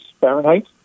Fahrenheit